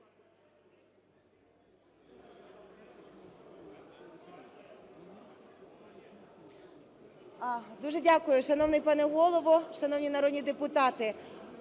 Дуже дякую, шановний пане Голово. Шановні народні депутати,